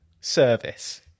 service